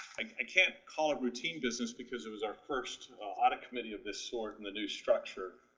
i can't call a routine business because it was our first audit committee of this sort and the new structure,